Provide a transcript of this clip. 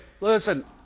listen